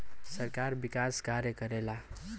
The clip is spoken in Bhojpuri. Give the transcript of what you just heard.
सरकार विकास कार्य करला